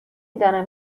دانم